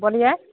बोलिए